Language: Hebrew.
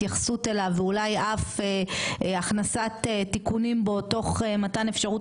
התייחסות אליו ואולי אף הכנסת תיקונים בו תוך מתן אפשרות